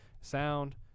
sound